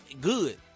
good